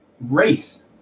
Race